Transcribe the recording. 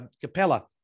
Capella